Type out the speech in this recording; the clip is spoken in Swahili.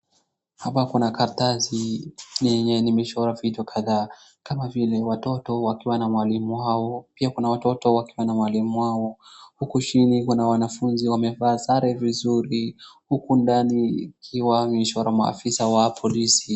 Hapa kuna karatasi lenye limechorwa vitu kadhaa kama vile watoto wakiwa na mwalimu wao. Pia kuna watoto wakiwa na walimu wao. Huku chini kuna wanafunzi wamevaa sare vizuri huku ndani ikiwa imechora maafisa wa polisi.